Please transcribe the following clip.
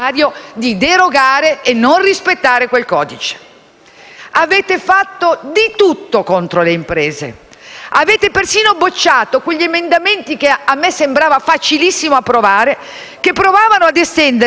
Avete fatto di tutto contro le imprese. Avete persino bocciato quegli emendamenti che a me sembrava facilissimo approvare e che provavano ad estendere ai professionisti (un'altra parte importante della nostra economia